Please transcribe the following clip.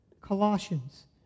Colossians